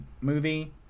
movie